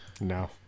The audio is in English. No